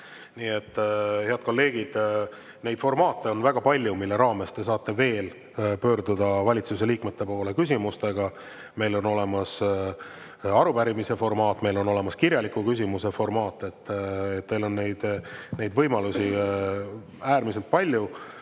antud. Head kolleegid, neid formaate on veel väga palju, mille raames te saate pöörduda valitsuse liikmete poole küsimustega. Meil on olemas arupärimise formaat, meil on olemas kirjaliku küsimuse formaat. Teil on neid võimalusi äärmiselt palju.